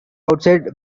outside